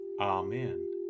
Amen